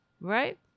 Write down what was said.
right